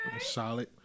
Solid